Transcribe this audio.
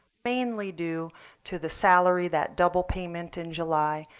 mainly due to the salary, that double payment in july,